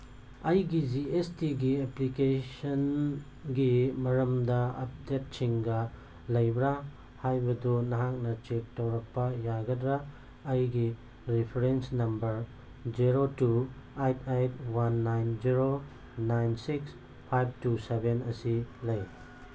ꯑꯩꯒꯤ G S ꯇꯤꯒꯤ ꯑꯦꯄ꯭ꯂꯤꯀꯦꯁꯟꯒꯤ ꯃꯔꯝꯗ ꯑꯞꯗꯦꯠꯁꯤꯡꯒ ꯂꯩꯕ꯭ꯔꯥ ꯍꯥꯏꯕꯗꯨ ꯅꯍꯥꯛꯅ ꯆꯦꯛ ꯇꯧꯔꯛꯄ ꯌꯥꯒꯗ꯭ꯔꯥ ꯑꯩꯒꯤ reference number zero two eight eight one nine zero nine six five two seven ꯑꯁꯤ ꯂꯩ